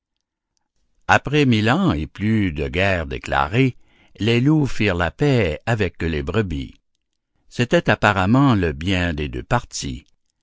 après mille ans et plus de guerre déclarée les loups firent la paix avecque les brebis c'était apparemment le bien des deux partis